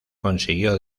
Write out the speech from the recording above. consiguió